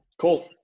Cool